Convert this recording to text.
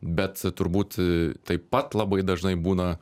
bet turbūt taip pat labai dažnai būna